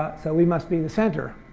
ah so we must be the center.